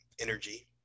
energy